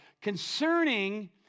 concerning